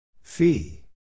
Fee